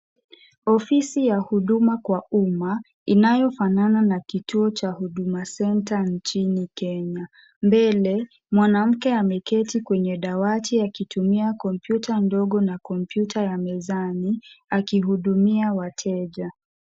Ofisi ya huduma kwa umma inayofanana na kituo cha Huduma Center nchini Kenya. Mbele, mwanamke ameketi kwenye dawati akitumia kompyuta ndogo na kompyuta ya mezani, akihudumia wateja.